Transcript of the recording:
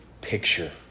picture